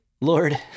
Lord